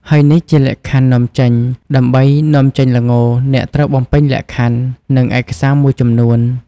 ហើយនេះជាលក្ខខណ្ឌនាំចេញ ដើម្បីនាំចេញល្ង អ្នកត្រូវបំពេញលក្ខខណ្ឌ និងឯកសារមួយចំនួន។